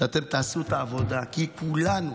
שאתם תעשו את העבודה, כי לכולנו